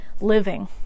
living